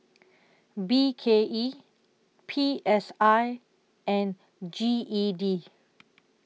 B K E P S I and G E D